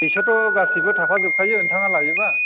बेसोरथ' गासिबो थाफाजोबखायो नोंथाङा लायोबा